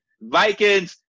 Vikings